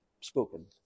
spoken